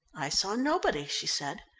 i saw nobody, she said.